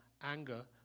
anger